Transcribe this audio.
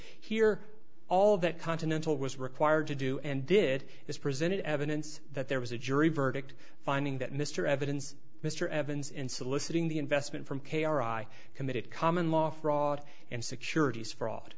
here all that continental was required to do and did this presented evidence that there was a jury verdict finding that mr evidence mr evans in soliciting the investment from k r i committed common law fraud and securities fraud